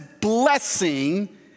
blessing